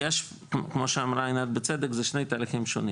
כמו שאמרה עינת בצדק, זה שני תהליכים שונים.